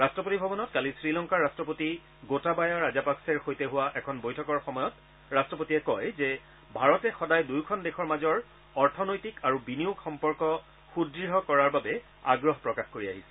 ৰাট্টপতি ভৱনত কালি শ্ৰীলংকাৰ ৰাট্টপতি গোটাবায়া ৰাজাপাকছেৰ সৈতে হোৱা এখন বৈঠকৰ সময়ত ৰট্টপতিয়ে কয় যে ভাৰতে সদায় দুয়োখন দেশৰ মাজৰ অৰ্থনৈতিক আৰু বিনিয়োগ সম্পৰ্ক সুদ্ঢ় কৰাৰ বাবে আগ্ৰহ প্ৰকাশ কৰি আহিছে